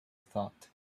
thought